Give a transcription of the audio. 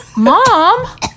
Mom